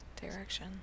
direction